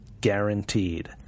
Guaranteed